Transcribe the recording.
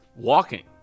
walking